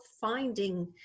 finding